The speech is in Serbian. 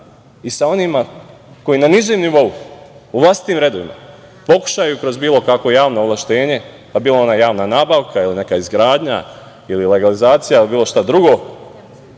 i sa onima koji na nižem nivou, u vlastitim redovima, pokušaju kroz bilo kakvo javno ovlašćenje, pa bilo ono javna nabavka, neka izgradnja ili legalizacija ili bilo šta drugo,